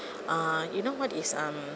uh you know what is um